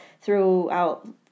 throughout